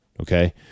Okay